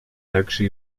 также